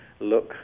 look